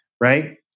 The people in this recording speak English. right